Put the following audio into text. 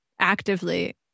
actively